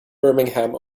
birmingham